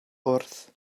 wrth